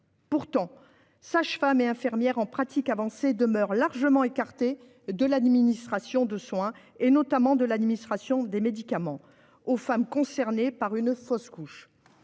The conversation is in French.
Pourtant, sages-femmes et infirmiers en pratique avancée demeurent largement écartés de l'administration des soins, notamment des médicaments, aux femmes concernées par une fausse couche.